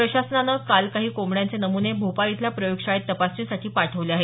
प्रशासनानं काल काही कोबड्यांचे नमुने भोपाळ इथल्या प्रयोग शाळेत तपासणीसाठी पाठवले आहेत